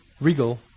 Regal